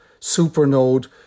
Supernode